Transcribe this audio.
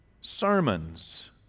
sermons